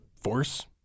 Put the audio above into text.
force